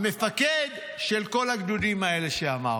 המפקד של כל הגדודים האלה שאמרתי.